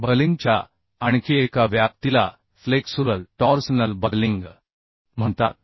बकलिंगच्या आणखी एका व्याप्तीला फ्लेक्सुरल टॉर्सनल बकलिंग म्हणतात